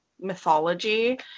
mythology